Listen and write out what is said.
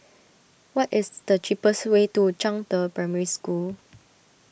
what is the cheapest way to Zhangde Primary School